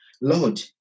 Lord